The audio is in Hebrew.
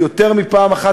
יותר מפעם אחת,